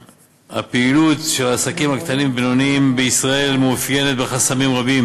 הפעילות של העסקים הקטנים והבינוניים בישראל מאופיינת בחסמים רבים